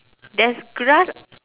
there's grass